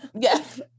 yes